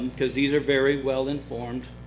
because these are very well informed,